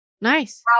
Nice